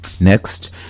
next